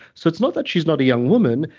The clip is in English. so, it's not that she's not a young woman,